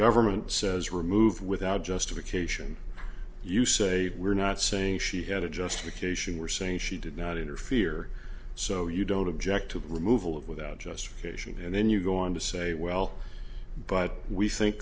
government says remove without justification you say we're not saying she had a justification for saying she did not interfere so you don't object to removal of without just for you and then you go on to say well but we think